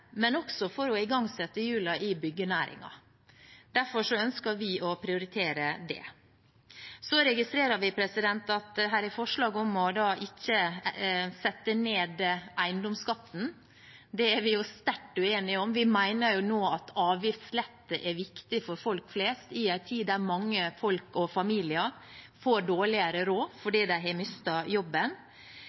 men også for å igangsette hjulene i byggenæringen. Derfor ønsker vi å prioritere det. Så registrerer vi at det er forslag her om ikke å sette ned eiendomsskatten. Det er vi sterkt uenig i – vi mener at avgiftslette er viktig nå for folk flest i en tid da mange folk og familier får dårligere råd fordi de har mistet jobben.